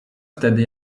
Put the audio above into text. wtedy